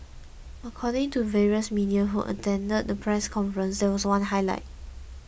according to various media who attended the press conference there was one highlight